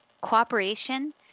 cooperation